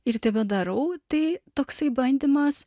ir tebedarau tai toksai bandymas